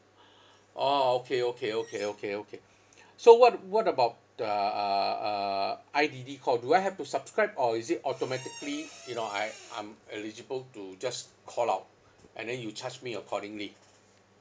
orh okay okay okay okay okay so what what about the uh uh I_D_D call do I have to subscribe or is it automatically you know I um eligible to just call out and then you charge me accordingly